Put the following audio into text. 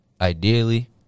ideally